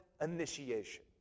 initiation